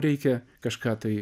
reikia kažką tai